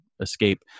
escape